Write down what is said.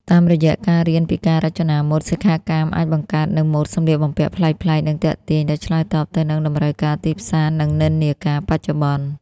តាមរយៈការរៀនពីការរចនាម៉ូដ សិក្ខាកាមអាចបង្កើតនូវម៉ូដសម្លៀកបំពាក់ប្លែកៗ និងទាក់ទាញ ដែលឆ្លើយតបទៅនឹងតម្រូវការទីផ្សារ និងនិន្នាការបច្ចុប្បន្ន។